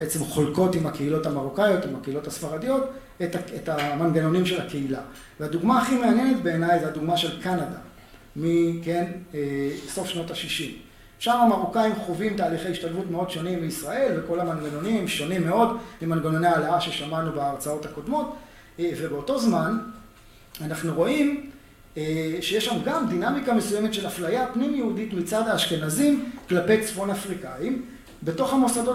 בעצם חולקות עם הקהילות המרוקאיות, עם הקהילות הספרדיות, את המנגנונים של הקהילה. והדוגמה הכי מעניינת בעיניי זו הדוגמה של קנדה מסוף שנות השישים. שאר המרוקאים חווים תהליכי השתלבות מאוד שונים מישראל וכל המנגנונים שונים מאוד ממנגנוני ההעלאה ששמענו בהרצאות הקודמות ובאותו זמן אנחנו רואים שיש שם גם דינמיקה מסוימת של הפלייה פנים יהודית מצד האשכנזים כלפי צפון אפריקאים בתוך המוסדות